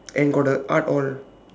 and got the art all